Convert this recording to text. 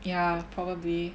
yeah probably